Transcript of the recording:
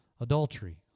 Adultery